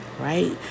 right